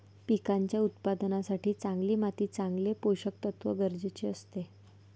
पिकांच्या उत्पादनासाठी चांगली माती चांगले पोषकतत्व गरजेचे असते